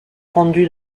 rendus